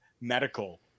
medical